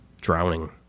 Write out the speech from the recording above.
drowning